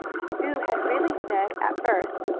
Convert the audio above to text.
sue had really said, at first,